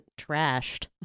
trashed